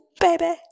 baby